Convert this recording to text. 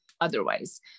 otherwise